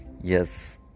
yes